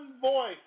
voice